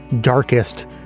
darkest